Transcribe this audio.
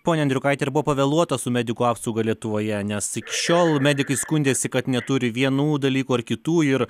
pone andriukaiti ar buvo pavėluota su medikų apsauga lietuvoje nes lig šiol medikai skundėsi kad neturi vienų dalykų ar kitų ir